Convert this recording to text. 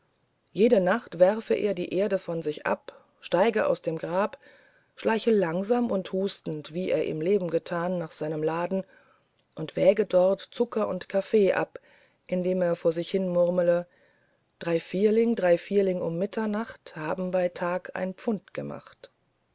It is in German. jede nacht werfe er die erde von sich ab steige aus dem grab schleiche langsam und hustend wie er im leben getan nach seinem laden und wäge dort zucker und kaffee ab indem er vor sich hin murmle drei vierling drei vierling um mitternacht haben bei tag ein pfund gemacht